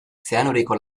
zeanuriko